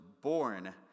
born